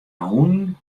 hûnen